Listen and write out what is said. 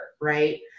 right